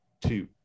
two